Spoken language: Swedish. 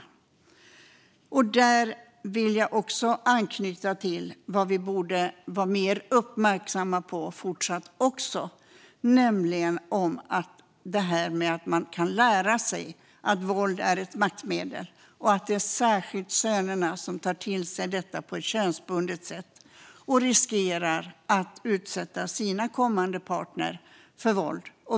Jag vill anknyta till något som vi borde vara mer uppmärksamma på även fortsättningsvis, nämligen att man kan lära sig att våld är ett maktmedel. Det är särskilt sönerna som tar till sig detta på ett könsbundet sätt och riskerar att utsätta sina kommande partner för våld.